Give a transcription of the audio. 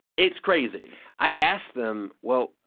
it's crazy i asked them, well,